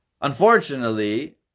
Unfortunately